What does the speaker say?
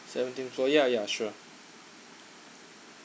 seventeenth floor yeah yeah sure